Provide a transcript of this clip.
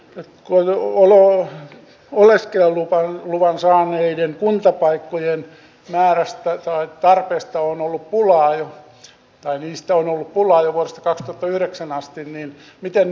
luonnolla oleskelulupaan luvan saaneiden kuntapaikkojen määrästä toi tarpeista on ollut pulaa ei voi niistä on pulaa poistetaan itse tarvitsee mitään panostaa